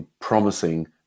promising